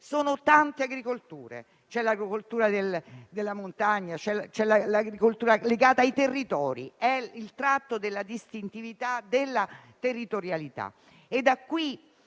di tante agricolture. C'è l'agricoltura di montagna e quella legata ai territori; è il tratto della distintività della territorialità.